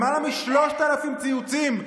למעלה מ-3,000 ציוצים.